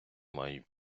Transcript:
мають